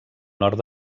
nord